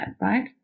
right